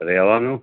રહેવાનું